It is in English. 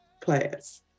class